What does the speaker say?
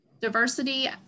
Diversity